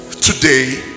today